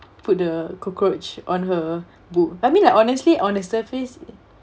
put the cockroach on her book I mean like honestly on the surface